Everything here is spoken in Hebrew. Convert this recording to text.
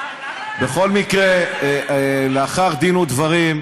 בכל מקרה, לאחר דין ודברים,